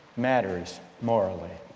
matters morally.